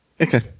Okay